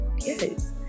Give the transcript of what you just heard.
yes